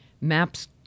maps